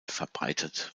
verbreitet